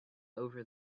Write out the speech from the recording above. over